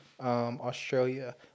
australia